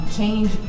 change